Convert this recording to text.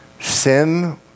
sin